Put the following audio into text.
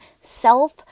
self